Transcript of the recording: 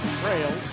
trails